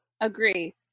Agree